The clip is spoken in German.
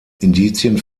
indizien